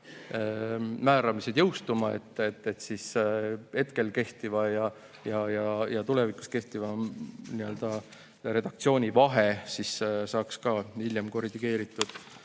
määramised jõustuma, siis hetkel kehtiva ja tulevikus kehtiva redaktsiooni vahe saaks ka hiljem korrigeeritud.